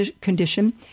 condition